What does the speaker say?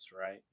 right